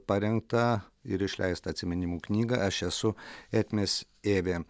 parengtą ir išleistą atsiminimų knygą aš esu etmės evė